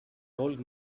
old